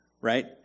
Right